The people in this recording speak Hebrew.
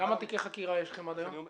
--- כמה תיקי חקירה יש לכם עד היום?